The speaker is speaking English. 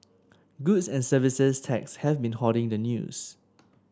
Goods and Services Tax has been hoarding the news